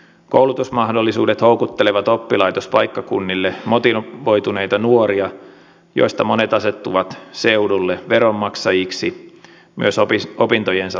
koulutusmahdollisuudet houkuttelevat oppilaitospaikkakunnille motivoituneita nuoria joista monet asettuvat seudulle veronmaksajiksi myös opintojensa loputtua